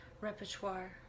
repertoire